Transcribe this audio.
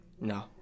No